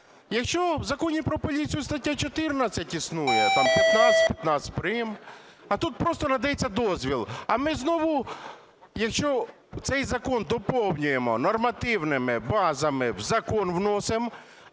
Якщо в Законі про поліцію стаття 14 існує, там 15, 15 прим., а тут просто надається дозвіл. А ми знову, якщо цей закон доповнюємо нормативними базами, в закон вносимо,